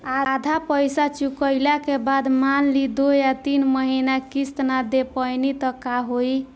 आधा पईसा चुकइला के बाद मान ली दो या तीन महिना किश्त ना दे पैनी त का होई?